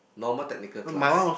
Normal Technical class